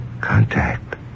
contact